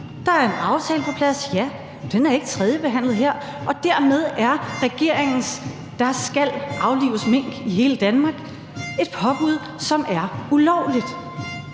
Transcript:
Der er en aftale på plads, ja, men den er ikke tredjebehandlet her, og dermed er regeringens »der skal aflives mink i hele Danmark« et påbud, som er ulovligt.